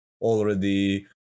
already